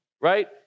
right